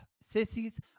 Sissies